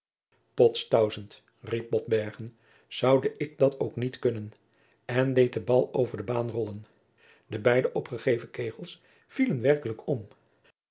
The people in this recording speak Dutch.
pots tausent riep botbergen zoude ik dat ook niet kunnen doen en deed den bal over de baan rollen de beide opgegeven kegels vielen werkelijk om